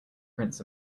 prints